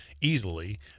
easily